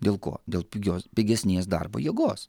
dėl ko dėl pigios pigesnės darbo jėgos